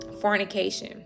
fornication